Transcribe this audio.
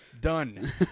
Done